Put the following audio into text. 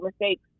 mistakes